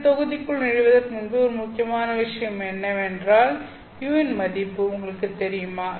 இந்த தொகுதிக்குள் நுழைவதற்கு முன்பு ஒரு மிக முக்கியமான விஷயம் என்னவென்றால் "u" இன் மதிப்பு உங்களுக்குத் தெரியுமா